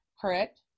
correct